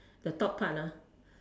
the top part